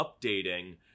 updating